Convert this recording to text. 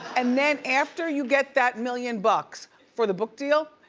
and then after you get that million bucks for the book deal,